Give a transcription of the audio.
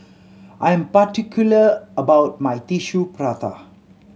I am particular about my Tissue Prata